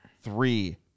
three